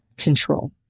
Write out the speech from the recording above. control